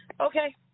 Okay